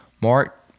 Mark